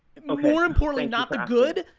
more importantly not the good.